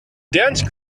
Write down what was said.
dense